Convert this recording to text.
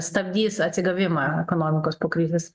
stabdys atsigavimą ekonomikos po krizės